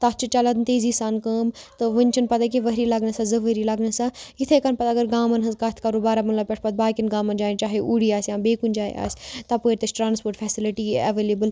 تَتھ چھِ چَلان تیزی سان کٲم تہٕ وٕنۍ چھِنہٕ پَتہ کہِ ؤری لَگنہ سا زٕ ؤری لَگنہ سا یِتھَے کٔنۍ پَتہٕ اگر گامَن ہٕنٛز کَتھ کَرو بارہمولہ پٮ۪ٹھ پَتہٕ باقٕیَن گامَن جایَن چاہے اوٗڑی آسہِ یا بیٚیہِ کُنہِ جاے آسہِ تَپٲرۍ تہِ چھِ ٹرٛانَسپوٹ فیسلٕٹی اٮ۪ولیبٕل